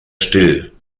still